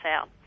out